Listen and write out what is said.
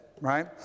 Right